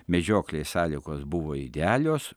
medžioklės sąlygos buvo idealios